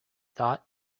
thought